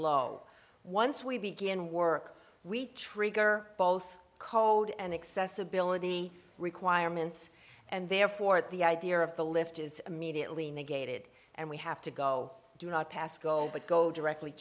low once we begin work we trigger both code and accessibility requirements and therefore at the idea of the lift is immediately negated and we have to go do not pass go but go directly